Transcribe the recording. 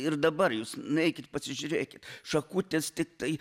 ir dabar jūs nueikit pasižiūrėkit šakutės tiktai